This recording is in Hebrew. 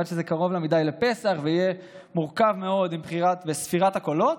שזה קרוב לה מדי לפסח ויהיה מורכב מאוד עם ספירת הקולות,